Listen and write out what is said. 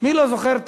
מי לא זוכר את